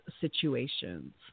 situations